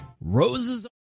Roses